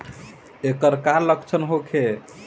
ऐकर का लक्षण होखे?